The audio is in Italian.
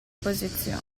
posizione